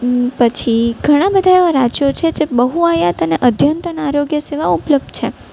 પછી ઘણાં બધા એવાં રાજ્યો છે જે બહુઆયામ અને અદ્યતન આરોગ્ય સેવાઓ ઉપલબ્ધ છે